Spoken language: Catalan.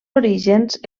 orígens